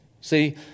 See